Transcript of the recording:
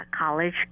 college